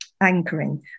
anchoring